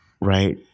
Right